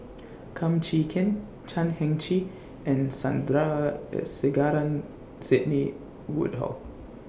Kum Chee Kin Chan Heng Chee and Sidney Woodhull